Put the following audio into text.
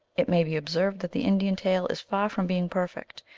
it may be observed that the indian tale is far from being perfect,